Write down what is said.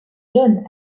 jaune